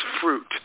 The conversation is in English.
fruit